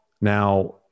Now